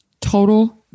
Total